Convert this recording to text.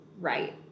right